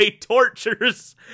tortures